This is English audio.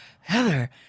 Heather